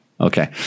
Okay